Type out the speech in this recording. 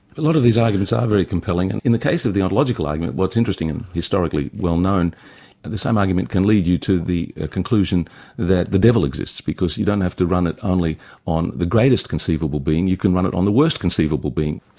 a lot of these arguments are very compelling. and in the case of the ontological argument, what's interesting and historically well known, and the same argument can lead you to the conclusion that the devil exists, because you don't have to run it only on the greatest conceivable being, you can run it on the worst conceivable being.